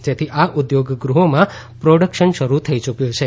જેથી આ ઉદ્યોગ ગૃહોમાં પ્રોડક્શન શરુ થઈ યૂક્યું છે